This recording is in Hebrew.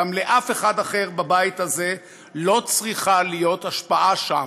גם לאף אחד אחר בבית הזה לא צריכה להיות השפעה שם.